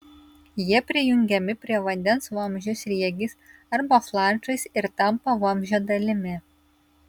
jie prijungiami prie vandens vamzdžio sriegiais arba flanšais ir tampa vamzdžio dalimi